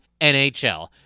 NHL